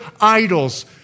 idols